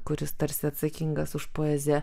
kuris tarsi atsakingas už poeziją